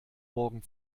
morgen